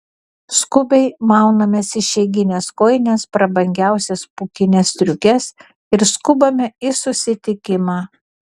skubiai maunamės išeigines kojines prabangiausias pūkines striukes ir skubame į susitikimą